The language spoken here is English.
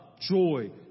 joy